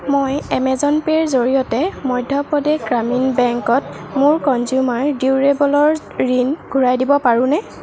মই এমেজন পে'ৰ জৰিয়তে মধ্য প্ৰদেশ গ্ৰামীণ বেংকত মোৰ কঞ্জুমাৰ ডিউৰেবলৰ ঋণ ঘূৰাই দিব পাৰোনে